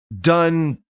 done